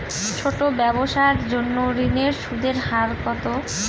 ছোট ব্যবসার জন্য ঋণের সুদের হার কত?